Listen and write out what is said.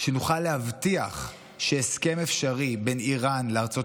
שבה נוכל להבטיח שהסכם אפשרי בין איראן לארצות